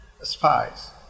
spies